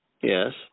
Yes